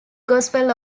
gospel